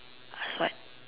what